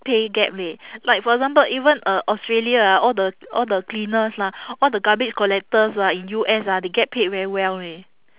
pay gap leh like for example even uh australia ah all the all the cleaners lah all the garbage collectors ah in U_S ah they get paid very well eh